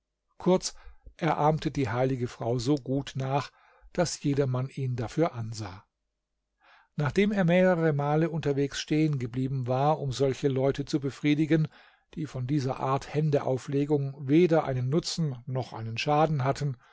kurz er ahmte die heilige frau so gut nach daß jedermann ihn dafür ansah nachdem er mehrere male unterwegs stehen geblieben war um solche leute zu befriedigen die von dieser art händeauflegung weder einen nutzen noch einen schaden hatten